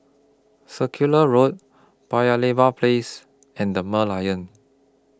Circular Road Paya Lebar Place and The Merlion